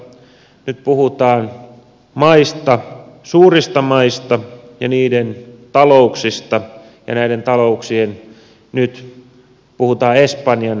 nyt puhutaan suurista maista ja niiden talouksista ja näiden talouksien nyt espanjan tukemisesta